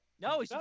No